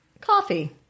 Coffee